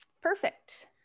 perfect